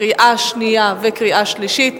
קריאה שנייה וקריאה שלישית.